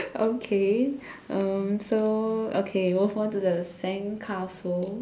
okay um so okay move on to the sandcastle